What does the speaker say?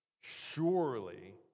surely